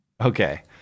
Okay